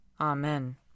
Amen